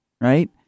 right